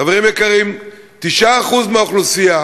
חברים יקרים, 9% מהאוכלוסייה